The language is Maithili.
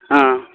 हँ